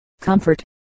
comfort